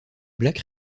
black